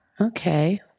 Okay